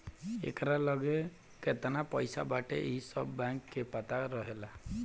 एकरा लगे केतना पईसा बाटे इ सब बैंक के पता रहेला